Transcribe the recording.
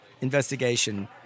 investigation